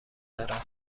دارد